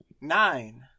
nine